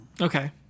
Okay